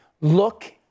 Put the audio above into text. look